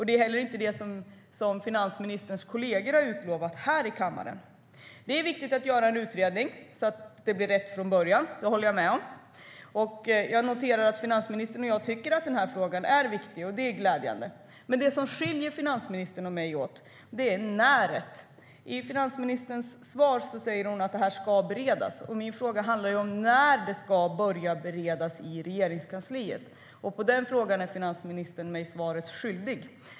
Det är heller inte det som finansministerns kollegor har utlovat här i kammaren. Det är viktigt att göra en utredning så att det blir rätt från början. Det håller jag med om. Jag noterar att både finansministern och jag tycker att den här frågan är viktig, och det är glädjande. Men det som skiljer finansministern och mig åt är "näret". I finansministerns svar säger hon att det här ska beredas. Min fråga handlar om när det ska börja beredas i Regeringskansliet. På den frågan är finansministern mig svaret skyldig.